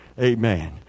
Amen